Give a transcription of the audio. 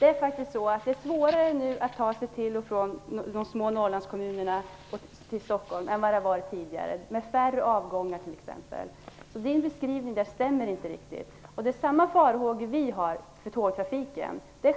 Mats Odell. Nu är det faktiskt svårare att ta sig mellan de små Norrlandskommunerna och Stockholm än vad det har varit tidigare. Det är t.ex. färre avgångar. Mats Odells beskrivning stämmer inte riktigt. Vi har samma farhågor för tågtrafiken.